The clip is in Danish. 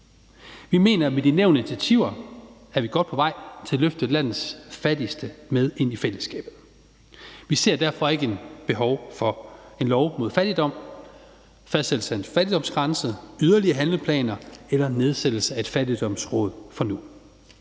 Vi mener, at med de nævnte initiativer er vi godt på vej til at løfte landets fattigste med ind i fællesskabet. Vi ser derfor ikke et behov for en lov mod fattigdom, fastsættelse af en fattigdomsgrænse, yderligere handleplaner eller nedsættelse af et fattigdomsråd nu,